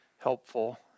helpful